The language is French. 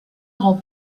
rend